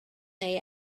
neu